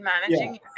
managing